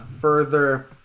further